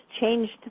changed